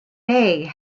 bay